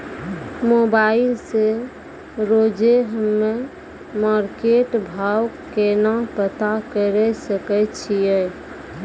Mobile से रोजे हम्मे मार्केट भाव केना पता करे सकय छियै?